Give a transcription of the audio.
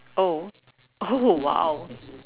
oh oh !wow!